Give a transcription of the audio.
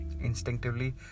Instinctively